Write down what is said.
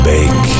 Big